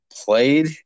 played